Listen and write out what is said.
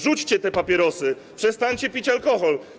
Rzućcie te papierosy, przestańcie pić alkohol.